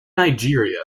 nigeria